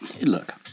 look